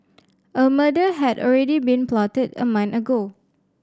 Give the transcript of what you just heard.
a murder had already been plotted a month ago